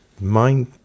mind